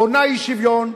בונה אי-שוויון,